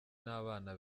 nabana